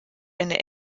eine